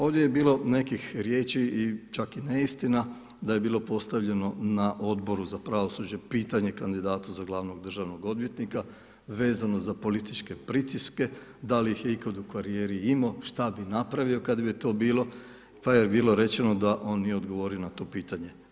Ovdje je bilo nekih riječi, čak i neistina, da je bilo postavljeno na Odboru za pravosuđe pitanje kandidatu za glavnog državnog odvjetnika vezano za političke pritiske, da li ih je ikad u karijeri imao, što bi napravio kad bi to bilo, pa je bilo rečeno da on nije odgovorio na to pitanje.